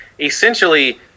essentially